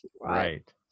right